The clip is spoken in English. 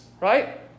right